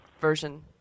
version